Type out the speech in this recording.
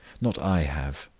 not i have,